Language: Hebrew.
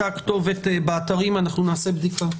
כתובת באתרים, אנחנו נעשה בדיקה.